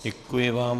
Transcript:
Děkuji vám.